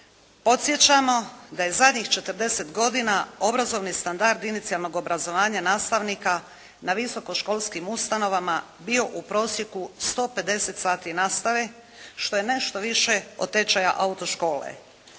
Podsjećamo da je zadnjih 40 godina obrazovni standard inicijalnog obrazovanja nastavnika na visoko-školskim ustanovama bio u prosjeku 150 sati nastave što je nešto više od tečaja auto-škole.